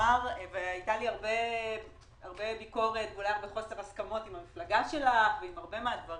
הייתה לי הרבה ביקורת וחוסר הסכמות עם המפלגה שלך ועם הרבה מהדברים,